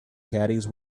caddies